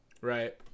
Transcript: right